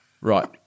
Right